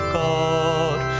god